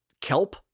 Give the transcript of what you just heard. kelp